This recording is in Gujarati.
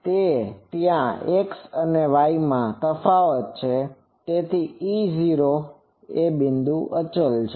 તેથી ત્યાં x y માં તફાવત છે તેથી E0 એ અચલ છે